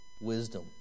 wisdom